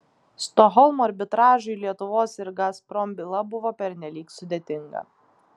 stokholmo arbitražui lietuvos ir gazprom byla buvo pernelyg sudėtinga